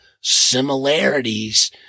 similarities